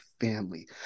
family